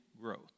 growth